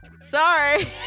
Sorry